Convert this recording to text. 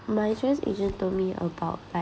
my insurance agent told me about like